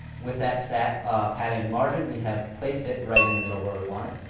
with that stat padding and margin, we have placed it right in the middle where we want it.